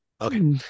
Okay